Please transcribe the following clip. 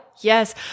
Yes